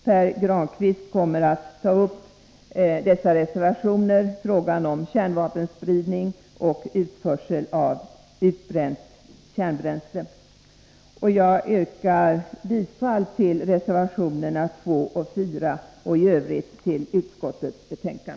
Pär Granstedt kommer att ta upp dessa reservationer, dvs. frågan om kärnvapenspridning och utförsel av utbränt kärnbränsle. Jag yrkar bifall till reservationerna 2 och 4 och i övrigt till utskottets hemställan.